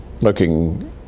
looking